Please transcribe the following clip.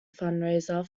fundraiser